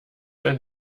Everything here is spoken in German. ein